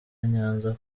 nyanza